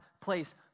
place